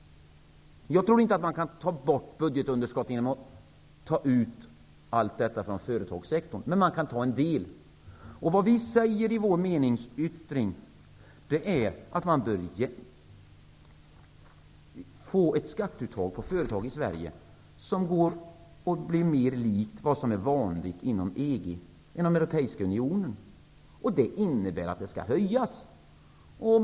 Jag tror inte att man kan ta bort budgetunderskottet genom att ta ut hela kostnaden från företagssektorn, men man kan ta ut en del. Vi säger i vår meningsyttring att man bör få ett skatteuttag för företag i Sverige som blir mer likt vad som är vanligt inom EG, eller Europeiska unionen. Det innebär att skatten skall höjas.